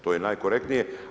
To je najkorektnije.